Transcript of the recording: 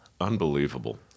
Unbelievable